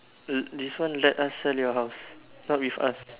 uh this one let us sell your house not with us